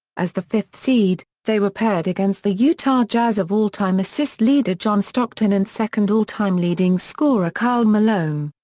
as the fifth seed, they were paired against the utah jazz of all-time assist leader john stockton and second all-time leading scorer karl malone.